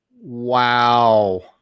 Wow